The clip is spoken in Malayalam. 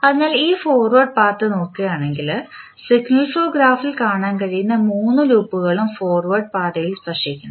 അതിനാൽ ഈ ഫോർവേഡ് പാത്ത് നോക്കുകയാണെങ്കിൽ സിഗ്നൽ ഫ്ലോ ഗ്രാഫിൽ കാണാൻ കഴിയുന്ന മൂന്ന് ലൂപ്പുകളും ഫോർവേഡ് പാതയിൽ സ്പർശിക്കുന്നു